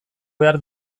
behar